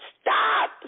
stop